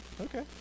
okay